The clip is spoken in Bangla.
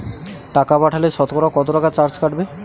টাকা পাঠালে সতকরা কত টাকা চার্জ কাটবে?